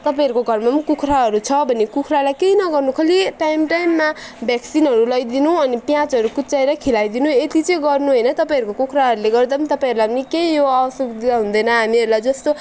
तपाईँहरूको घरमा पनि कुखुराहरू छ भने कुखुरालाई केही नगर्नु खालि टाइम टाइममा भ्याक्सिनहरू लगाइदिनु अनि प्याजहरू कुच्याएर खुवाइदिनु यति चाहिँ गर्नु होइन तपाईँहरूको कुखुराहरूले गर्दा पनि तपाईँहरूलाई निकै यो असुविधा हुँदैन हामीहरूलाई जस्तो